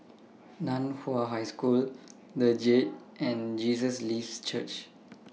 NAN Hua High School The Jade and Jesus Lives Church